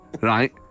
right